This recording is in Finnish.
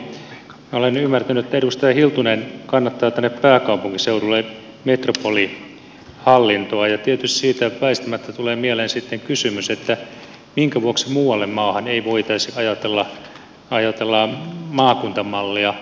minä olen ymmärtänyt että edustaja hiltunen kannattaa tänne pääkaupunkiseudulle metropolihallintoa ja tietysti siitä väistämättä tulee sitten mieleen kysymys minkä vuoksi muualle maahan ei voitaisi ajatella maakuntamallia